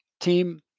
team